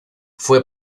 fue